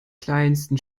kleinsten